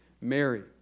Mary